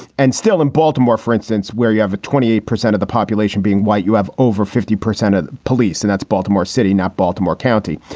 and still in baltimore, for instance, where you have a twenty eight percent of the population being white, you have over fifty percent of police. and that's baltimore city, not baltimore county,